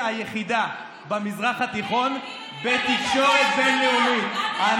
היחידה במזרח התיכון בתקשורת בין-לאומית.